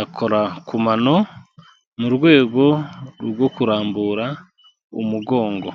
akora kumanano, mu rwego rwo kurambura umugongo.